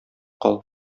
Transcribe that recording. кал